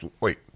Wait